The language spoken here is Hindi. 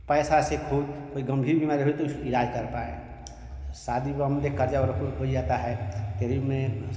पैसा से ख़ुद कोई गम्भीर बीमारी होए तो उसको इलाज़ कर पाए शादी विवाह में देख कर्जा वाला हो ही जाता हे तेहरी में